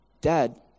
Dad